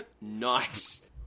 Nice